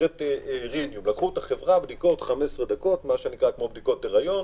ביצעו בדיקות של 15 דקות, כמו בדיקות היריון,